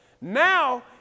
Now